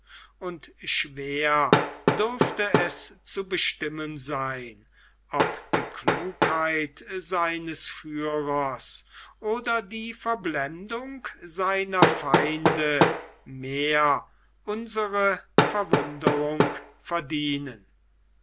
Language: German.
und schwer dürfte es zu bestimmen sein ob die klugheit seines führers oder die verblendung seiner feinde mehr unsere verwunderung verdienen